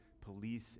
police